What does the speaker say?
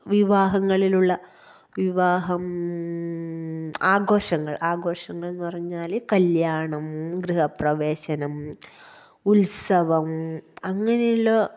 വിവാഹങ്ങളിലുള്ള വിവാഹം ആഘോഷങ്ങള് ആഘോഷങ്ങള്ന്ന് പറഞ്ഞാല് കല്യാണം ഗൃഹപ്രവേശം ഉത്സവം അങ്ങനെയുള്ള